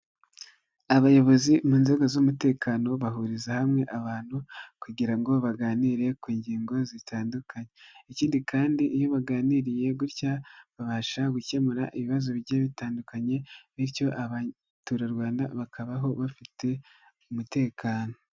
Abayobozi mu nzego z'umutekano bahuriza hamwe abantu kugira ngo baganire ku ngingo zitandukanye, ikindi kandi iyo baganiriye gutya babasha gukemura ibibazo bigiye bitandukanye, bityo abaturarwanda bakabaho bafite umutekano.